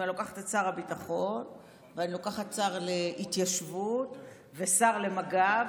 אם אני לוקחת את שר הביטחון ולוקחת שר להתיישבות ושר למג"ב,